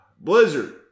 Blizzard